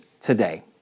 today